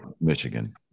Michigan